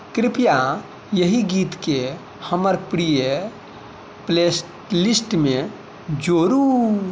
कृपया एहि गीतकेँ हमर प्रिय प्लेलिस्टमे जोड़ू